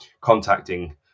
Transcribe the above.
contacting